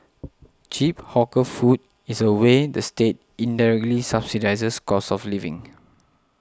cheap hawker food is a way the state indirectly subsidises cost of living